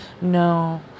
no